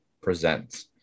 presents